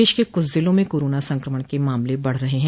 प्रदेश के कुछ ज़िलों में कोरोना संकमण के मामले बढ़ रहे हैं